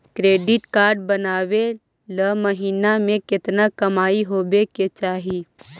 Credit card बनबाबे ल महीना के केतना कमाइ होबे के चाही?